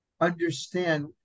understand